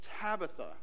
Tabitha